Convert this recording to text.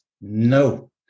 no